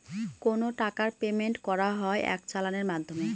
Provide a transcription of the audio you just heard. কোনো টাকার পেমেন্ট করা হয় এক চালানের মাধ্যমে